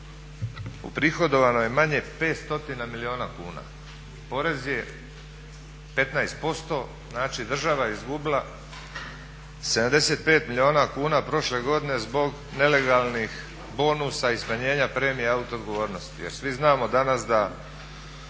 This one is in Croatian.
prihodovano je manje 500 milijuna kuna. Porez je 15%, znači država je izgubila 75 milijuna kuna prošle godine zbog nelegalnih bonusa i smanjenja premija auto odgovornosti.